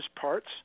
parts